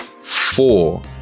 Four